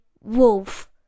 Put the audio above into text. wolf